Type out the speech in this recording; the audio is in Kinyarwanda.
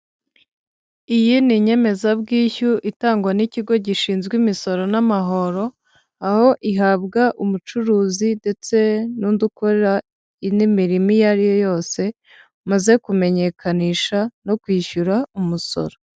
Iyi ni inyemeza bwishyu itangwa n'ikigo gishinzwe imisoro n'amahoro, aho ihabwa umucuruzi ndetse n'undi ukora indi mirimo iyo ari yo yose, umaze kumenyekanisha no kwishyura umusoro.